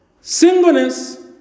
Singleness